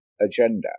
agenda